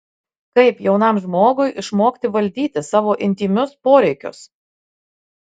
kaip jaunam žmogui išmokti valdyti savo intymius poreikius